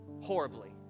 horribly